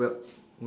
well